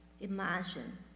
imagine